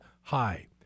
high